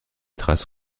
traces